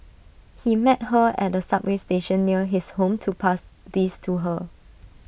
he met her at A subway station near his home to pass these to her